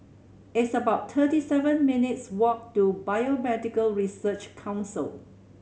it's about thirty seven minutes' walk to Biomedical Research Council